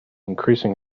increasing